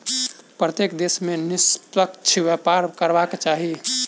प्रत्येक देश के निष्पक्ष व्यापार करबाक चाही